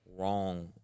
wrong